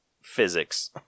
physics